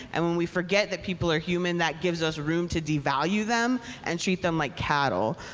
and when we forget that people are human, that gives us room to devalue them and treat them like cattle.